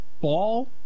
Ball